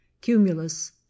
Cumulus